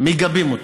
מגבים אותו.